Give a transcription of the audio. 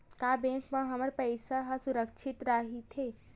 का बैंक म हमर पईसा ह सुरक्षित राइथे?